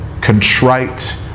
contrite